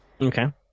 Okay